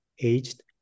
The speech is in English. aged